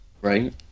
right